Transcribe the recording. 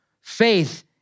faith